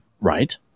Right